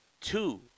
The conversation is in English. two